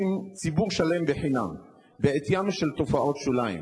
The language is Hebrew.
ובל נכתים ציבור שלם בחינם בעטיין של תופעות שוליים.